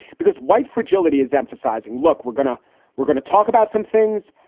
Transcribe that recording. because white fragility is emphasizing, look, we're going to we're going to talk about some things.